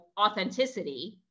authenticity